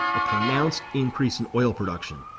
a pronounced increase in oil production,